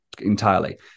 entirely